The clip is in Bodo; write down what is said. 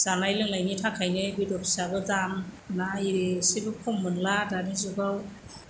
जानाय लोंनायनि थाखायनो बेदर फिसाबो दाम ना इरि एसेबो खम मोनला दानि जुगाव